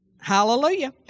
Hallelujah